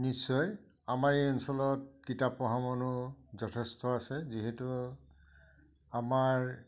নিশ্চয় আমাৰ এই অঞ্চলত কিতাপ পঢ়া মানুহ যথেষ্ট আছে যিহেতু আমাৰ